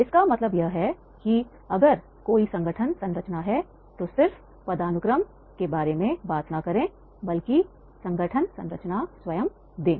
इसका मतलब यह है कि अगर कोई संगठन संरचना है तो सिर्फ पदानुक्रम के बारे में बात न करें बल्कि संगठन संरचना स्वयं दें